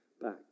back